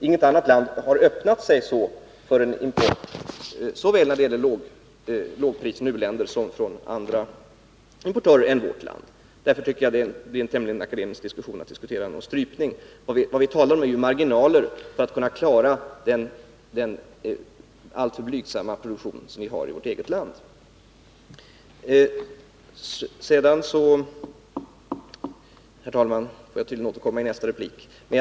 Inget annat land har öppnat sig så för import såväl när det gäller lågprisimport från u-länder som när det gäller tekoimport över huvud taget. Därför tycker jag att diskussionen skulle bli tämligen akademisk, om den skulle gälla en strypning av importen. Vad vi talar om är ju marginaler för att kunna klara den alltför blygsamma produktion som vi har i vårt eget land. Herr talman!